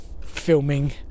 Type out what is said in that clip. filming